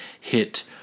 hit